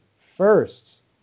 first